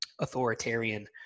authoritarian